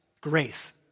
grace